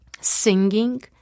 singing